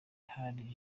hari